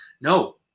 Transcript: No